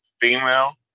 female